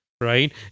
right